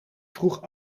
vroeg